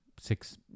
six